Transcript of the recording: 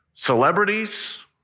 celebrities